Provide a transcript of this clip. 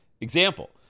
Example